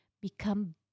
become